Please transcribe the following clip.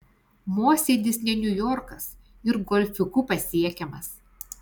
mosėdis ne niujorkas ir golfiuku pasiekiamas